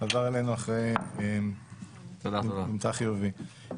חזר אלינו אחרי שנמצא חיובי.